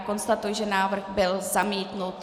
Konstatuji, že návrh byl zamítnut.